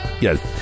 Yes